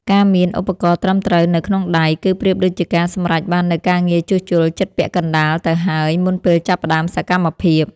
ការមានឧបករណ៍ត្រឹមត្រូវនៅក្នុងដៃ គឺប្រៀបដូចជាការសម្រេចបាននូវការងារជួសជុលជិតពាក់កណ្តាលទៅហើយ មុនពេលចាប់ផ្តើមសកម្មភាព។